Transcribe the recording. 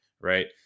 right